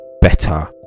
better